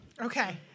Okay